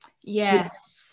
Yes